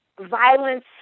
violence